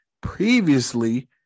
Previously